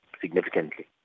significantly